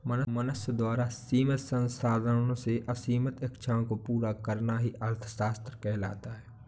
मनुष्य द्वारा सीमित संसाधनों से असीमित इच्छाओं को पूरा करना ही अर्थशास्त्र कहलाता है